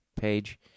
page